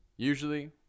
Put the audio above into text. Usually